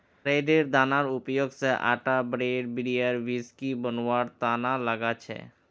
राईयेर दानार उपयोग स आटा ब्रेड बियर व्हिस्की बनवार तना लगा छेक